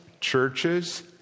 churches